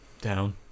down